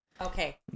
Okay